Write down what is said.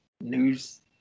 news